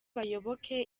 bayoboke